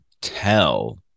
tell